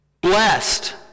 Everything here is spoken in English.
blessed